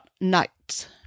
night